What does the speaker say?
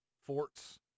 Forts